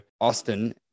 Austin